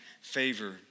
favor